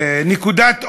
נקודת אור,